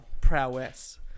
prowess